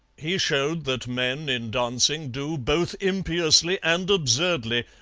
he showed that men, in dancing, do both impiously and absurdly,